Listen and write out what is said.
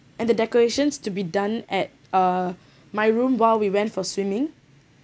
and the decorations to be done at uh my room while we went for swimming